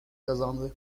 kazandı